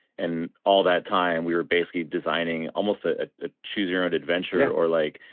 and all that time we were basically designing almost ah ah a choose-your-own-adventure or like,